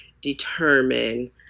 determine